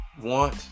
want